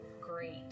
great